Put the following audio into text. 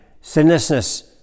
sinlessness